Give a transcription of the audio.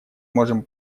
можем